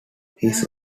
his